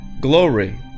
glory